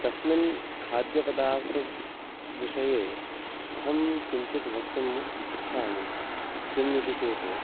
तस्मिन् खाद्यपदार्थविषये अह्ं किञ्चिद् वक्तुम् इच्छामि किम् इति चेत्